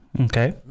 Okay